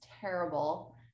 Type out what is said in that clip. terrible